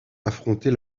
affronter